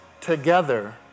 together